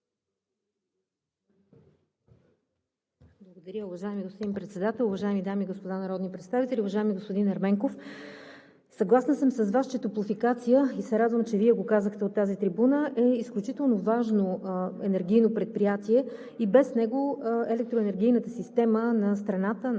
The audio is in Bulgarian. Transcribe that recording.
Благодаря, уважаеми господин Председател. Уважаеми дами и господа народни представители! Уважаеми господин Ерменков, съгласна съм с Вас, че „Топлофикация“ – и се радвам, че Вие го казахте от тази трибуна, е изключително важно енергийно предприятие и без него електроенергийната система на страната, на София